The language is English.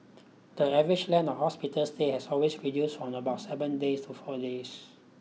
the average length of hospital stay has always reduced from about seven days to four days